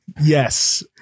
Yes